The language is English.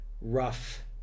rough